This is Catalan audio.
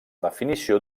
definició